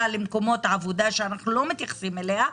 למקומות עבודה שאנחנו לא מתייחסים אליה,